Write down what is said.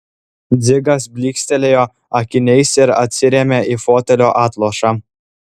dzigas blykstelėjo akiniais ir atsirėmė į fotelio atlošą